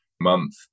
month